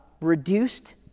reduced